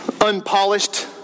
unpolished